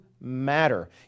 matter